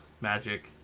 Magic